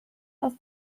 aus